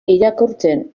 irakurtzen